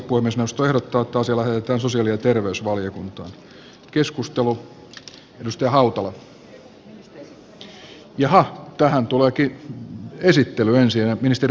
puhemiesneuvosto ehdottaa että asia lähetetään sosiaali ja terveysvaliokuntaan